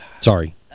Sorry